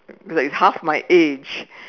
like half my age